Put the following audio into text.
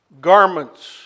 garments